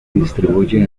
distribuye